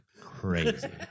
crazy